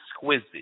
exquisite